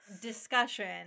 discussion